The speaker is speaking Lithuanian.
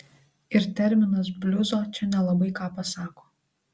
ir terminas bliuzo čia nelabai ką pasako